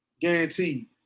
guaranteed